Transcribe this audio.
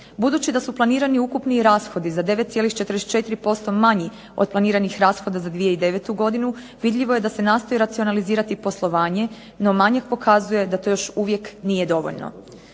Budući da su planirani ukupni rashodi za 9,44% manji od planiranih rashoda za 2009. godinu vidljivo je da se nastoji racionalizirati poslovanje, no manjak pokazuje da to još uvijek nije dovoljno.